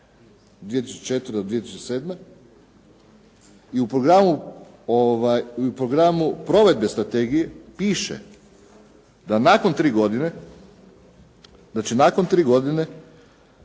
2004.-2007. I u programu provedbe strategije piše da će nakon tri godine Vlada analizirati